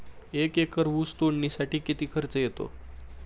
एक एकर ऊस तोडणीसाठी किती खर्च येतो?